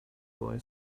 boy